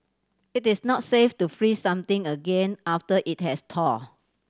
it is not safe to freeze something again after it has thaw